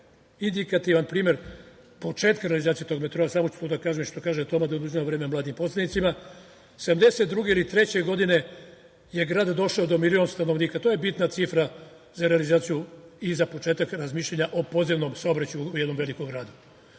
indikativan primer početka realizacije tog metroa, samo ću to da kažem i što kaže Toma, da ne oduzimam vreme mladim poslanicima, 1972. ili 1973. godine je grad došao do milion stanovnika. To je bitna cifra za realizaciju i za početak razmišljanja o podzemnom saobraćaju u jednom velikom